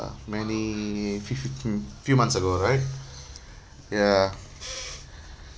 many fifty mm few months ago right ya